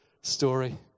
story